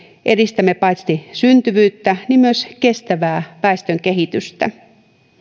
edistämme paitsi syntyvyyttä myös kestävää väestön kehitystä